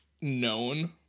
known